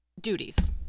duties